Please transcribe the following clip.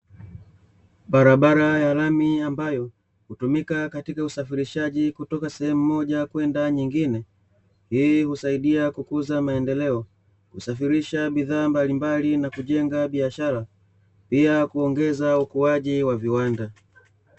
Barabara ya lami ambayo hutumika katika usafirishaji kutoka sehemu moja kwenda nyingine yenye husaidia kukuza maendeleo, kusafirisha bidhaa mbalimbali na kujenga biashara pia kuongeza ukuaji wa viwanda.